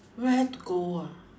where to go ah